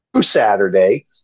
Saturday